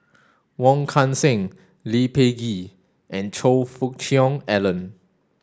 Wong Kan Seng Lee Peh Gee and Choe Fook Cheong Alan